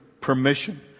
permission